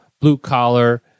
blue-collar